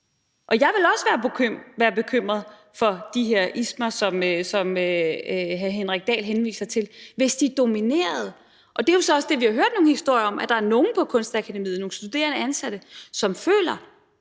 Og jeg ville også være bekymret for de her ismer, som hr. Henrik Dahl henviser til, hvis de dominerede. Og det er så også det, vi har hørt nogle historier om, altså at der er nogle studerende og ansatte på